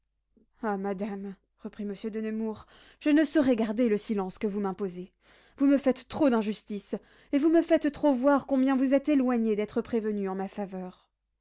ah madame reprit monsieur de nemours je ne saurais garder le silence que vous m'imposez vous me faites trop d'injustice et vous me faites trop voir combien vous êtes éloignée d'être prévenue en ma faveur